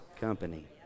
company